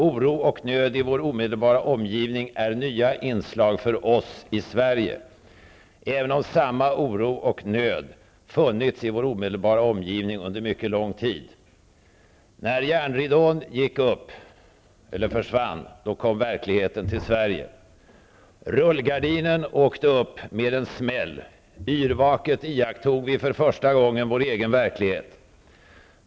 Oro och nöd i vår omedelbara omgivning är nya inslag för oss i Sverige, även om samma oro och nöd funnits i vår omedelbara omgivning under mycket lång tid. När järnridån försvann kom verkligheten till Sverige. Rullgardinen åkte upp med en smäll. Yrvaket iakttog vi för första gången vår egen verklighet.